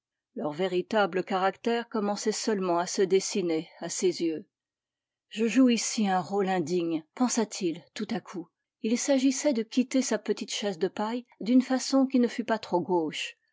leur véritable caractère commençait seulement à se dessiner à ses yeux je joue ici un rôle indigne pensa-t-il tout à coup il s'agissait de quitter sa petite chaise de paille d'une façon qui ne fût pas trop gauche